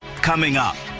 coming up.